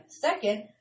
Second